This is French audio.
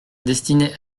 destinée